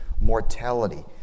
mortality